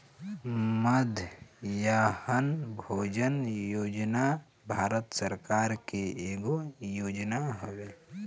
मध्याह्न भोजन योजना भारत सरकार के एगो योजना हवे